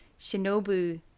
Shinobu